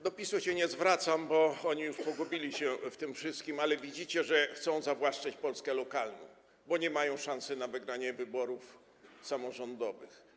Do PiS-u się nie zwracam, bo oni już pogubili się w tym wszystkim, ale widzicie, że chcą zawłaszczyć Polskę lokalną, bo nie mają szansy na wygranie wyborów samorządowych.